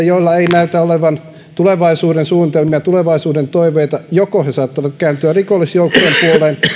joilla ei näytä olevan tulevaisuuden suunnitelmia tulevaisuuden toiveita joko he saattavat kääntyä rikollisjoukkojen puoleen